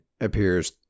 appears